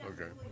Okay